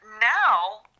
now